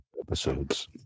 episodes